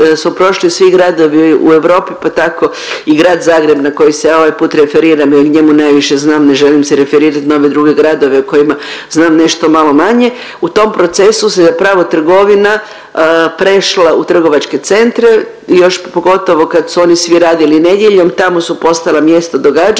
su prošli svi gradovi u Europi pa tako i Grad Zagreb na koji se ovaj put referiram jer o njemu najviše znam. Ne želim se referirati na ove druge gradove o kojima znam nešto malo manje. U tom procesu se zapravo trgovina prešla u trgovačke centre još pogotovo kad su oni svi radili nedjeljom tamo su postala mjesta događanja,